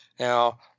Now